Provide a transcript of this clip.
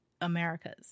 Americas